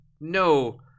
no